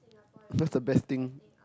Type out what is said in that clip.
first the best thing